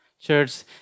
church